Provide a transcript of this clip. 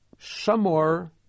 shamor